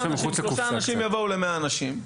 שלושה אנשים יבואו ל-100 אנשים,